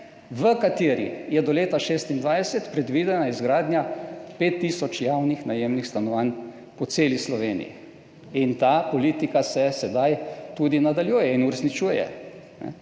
v kateri je do leta 2026 predvidena izgradnja pet tisoč javnih najemnih stanovanj po celi Sloveniji. Ta politika se sedaj tudi nadaljuje in uresničuje.